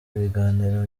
ibiganiro